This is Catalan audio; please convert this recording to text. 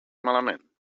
malament